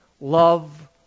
love